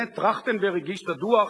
הנה טרכטנברג הגיש את הדוח,